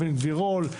אבן גבירול,